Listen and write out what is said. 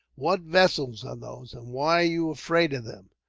what vessels are those, and why are you afraid of them?